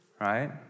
right